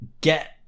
Get